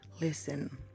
listen